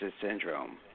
Syndrome